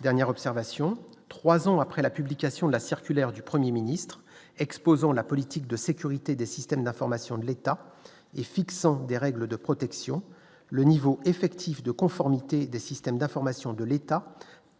Dernière observation, 3 ans après la publication de la circulaire du 1er Ministre exposant la politique de sécurité des systèmes d'information de l'État et fixant des règles de protection le niveau effectif de conformité des systèmes d'information de l'État